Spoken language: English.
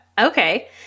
Okay